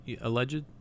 Alleged